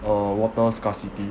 uh water scarcity